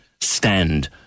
stand